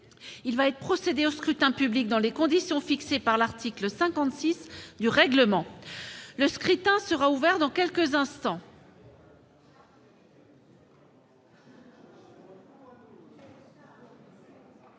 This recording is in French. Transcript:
Il va être procédé au scrutin dans les conditions fixées par l'article 56 du règlement. Le scrutin est ouvert. Personne ne demande